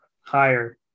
Higher